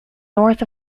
north